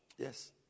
Yes